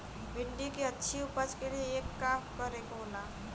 भिंडी की अच्छी उपज के लिए का का करे के होला?